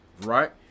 Right